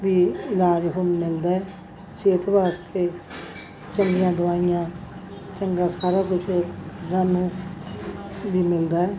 ਵੀ ਇਲਾਜ ਹੁਣ ਮਿਲਦਾ ਸਿਹਤ ਵਾਸਤੇ ਚੰਗੀਆਂ ਦਵਾਈਆਂ ਚੰਗਾ ਸਾਰਾ ਕੁਝ ਸਾਨੂੰ ਵੀ ਮਿਲਦਾ